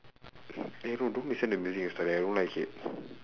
eh no don't listen to music and study I don't like it